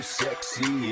sexy